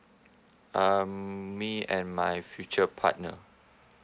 um me and my future partner